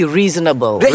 reasonable